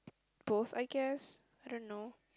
both I guess I don't know